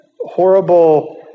horrible